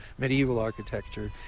medieval architecture,